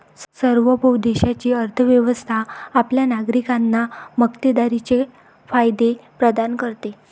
सार्वभौम देशाची अर्थ व्यवस्था आपल्या नागरिकांना मक्तेदारीचे फायदे प्रदान करते